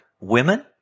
women